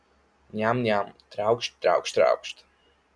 niam niam triaukšt triaukšt triaukšt